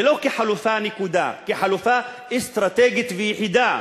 ולא כחלופה נקודה, כחלופה אסטרטגית ויחידה